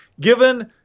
given